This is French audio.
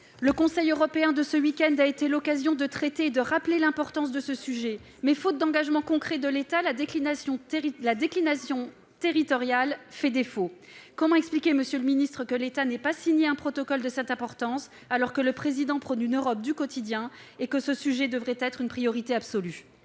le Conseil européen de ce week-end a été l'occasion de traiter et de rappeler l'importance de ce sujet, mais, faute d'engagement concret de l'État, la déclinaison territoriale fait défaut. Comment expliquer, monsieur le ministre, que l'État n'ait pas signé un protocole de cette importance, alors que le Président de la République prône une Europe du quotidien et que ce sujet devrait être notre priorité absolue ?